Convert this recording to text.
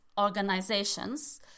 organizations